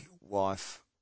wife